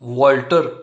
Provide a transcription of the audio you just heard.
walter